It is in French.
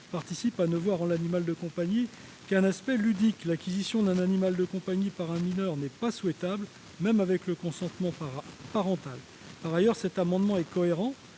l'aspect ludique de l'animal de compagnie. L'acquisition d'un animal de compagnie par un mineur n'est pas souhaitable, même avec le consentement parental. Par ailleurs, cet amendement est cohérent